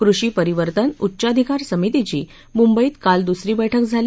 कृषी परिवर्तन उच्चाधिकार समितीची आज मुंबईत दुसरी बैठक झाली